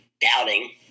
doubting